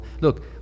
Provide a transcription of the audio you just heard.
Look